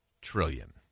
trillion